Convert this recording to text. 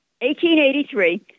1883